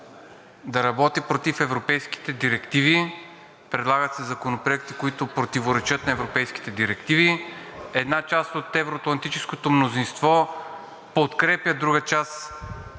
да работи против европейските директиви, предлагат се законопроекти, които противоречат на европейските директиви. Една част от евро-атлантическото мнозинство подкрепя друга част